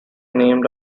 named